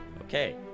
Okay